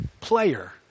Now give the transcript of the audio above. player